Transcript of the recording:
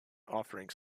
offering